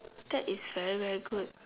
that is very very good